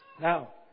Now